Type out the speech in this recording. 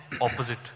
opposite